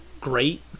great